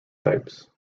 types